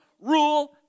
rule